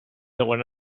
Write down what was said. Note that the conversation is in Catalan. deuen